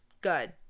Good